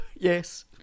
yes